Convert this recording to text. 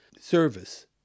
service